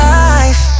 life